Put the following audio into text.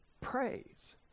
praise